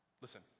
Listen